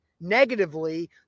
negatively